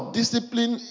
discipline